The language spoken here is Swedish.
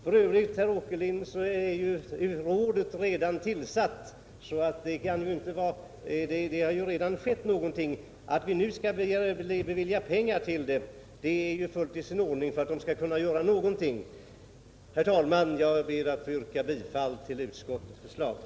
För övrigt, herr Åkerlind, är rådet redan tillsatt. Det har alltså redan skett någonting. Det är fullt i sin ordning att vi nu beviljar pengar till rådet för att det skall kunna göra någonting. Herr talman! Jag ber att få yrka bifall till utskottets hemställan.